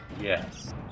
Yes